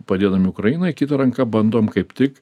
padėdami ukrainai kita ranka bandom kaip tik